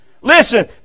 listen